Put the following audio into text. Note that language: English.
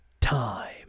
Time